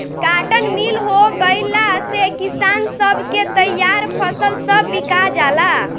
cotton mill हो गईला से किसान सब के तईयार फसल सब बिका जाला